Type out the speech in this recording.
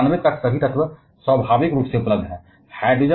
लेकिन 92 तक सभी तत्व स्वाभाविक रूप से उपलब्ध हैं